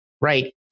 Right